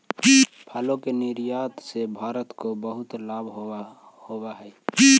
फलों के निर्यात से भारत को बहुत लाभ होवअ हई